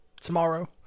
tomorrow